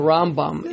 Rambam